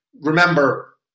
Remember